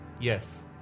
Yes